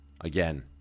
again